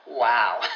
wow